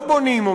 לא בונים,